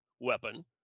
weapon